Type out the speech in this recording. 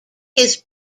his